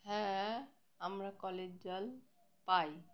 হ্যাঁ আমরা কলের জল পাই